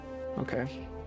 Okay